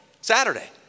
Saturday